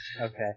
Okay